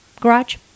Garage